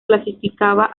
clasificaba